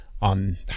on